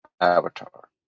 Avatar